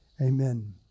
amen